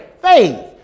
faith